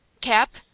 Cap